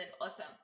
awesome